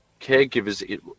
caregivers